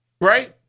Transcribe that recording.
Right